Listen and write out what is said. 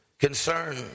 concern